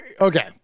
okay